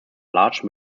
large